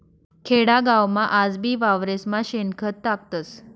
खेडागावमा आजबी वावरेस्मा शेणखत टाकतस